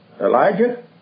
Elijah